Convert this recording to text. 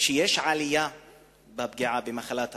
שיש עלייה בפגיעה ממחלת הסרטן,